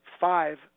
five